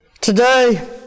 Today